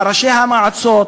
ראשי המועצות,